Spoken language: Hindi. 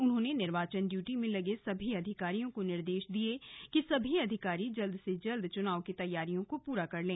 उन्होंने निर्वाचन ड्यूटी में लगे सभी अधिकारियों को निर्देश देते हुए कहा कि सभी अधिकारी जल्द से जल्द चुनाव की तैयारियों को पूरा करें